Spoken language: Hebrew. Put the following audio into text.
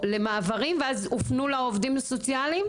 למעברים ואז הופנו לעובדים הסוציאליים?